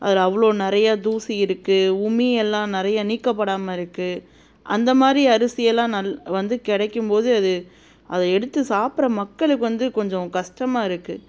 அதில் அவ்வளோ நிறையா தூசி இருக்குது உமியெல்லாம் நிறையா நீக்கப்படாமல் இருக்குது அந்தமாதிரி அரிசியெல்லாம் நல் வந்து கிடைக்கும் போது அது அதை எடுத்து சாப்பிட்ற மக்களுக்கு வந்து கொஞ்சம் கஷ்டமாக இருக்குது